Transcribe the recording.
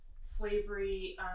slavery